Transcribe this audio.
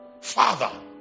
father